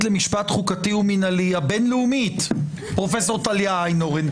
הבין-לאומית למשפט חוקתי מינהלי פרופ' טליה איינהורן?